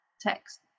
text